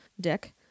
Dick